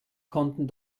konnten